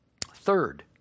Third